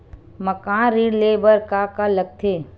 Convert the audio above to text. मकान ऋण ले बर का का लगथे?